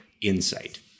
insight